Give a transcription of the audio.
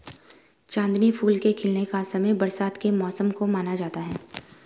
चांदनी फूल के खिलने का समय बरसात के मौसम को माना जाता है